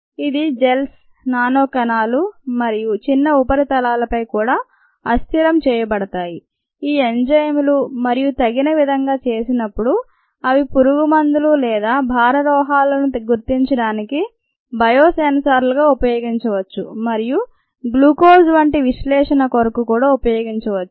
ఇవి gels nano కణాలు మరియు చిన్న ఉపరితలాలపై కూడా అస్థిరం చేయబడతాయి ఈ ఎంజైమ్ లు మరియు తగిన విధంగా చేసినప్పుడు అవి పురుగుమందులు లేదా భార లోహాలను గుర్తించడానికి బయో సెన్సార్లుగా ఉపయోగించవచ్చు మరియు గ్లూకోజ్ వంటి విశ్లేషణకొరకు కూడా ఉపయోగించవచ్చు